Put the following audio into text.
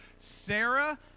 Sarah